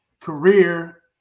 career